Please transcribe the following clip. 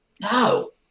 No